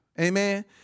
Amen